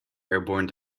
airborne